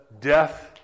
death